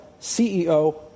CEO